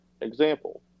Example